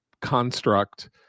construct